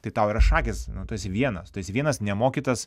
tai tau yra šakės nu tu esi vienas tu esi vienas nemokytas